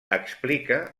explica